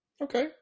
Okay